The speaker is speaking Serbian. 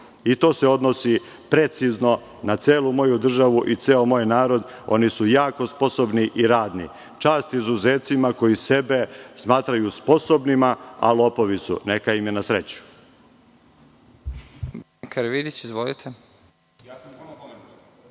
To se odnosi precizno na celu moju državu i ceo moj narod. Oni su jako sposobni i radni. Čast izuzecima koji sebe smatraju sposobnima, a lopovi su. Neka im je na sreću.